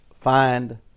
find